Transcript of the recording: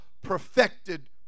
perfected